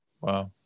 Wow